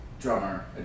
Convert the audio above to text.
drummer